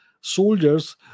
soldiers